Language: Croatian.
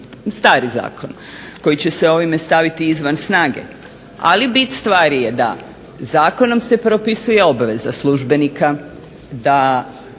stari zakon koji će se ovime staviti izvan snage. Ali bit stvari je da zakonom se propisuje obveza službenika da